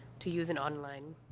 to use an online,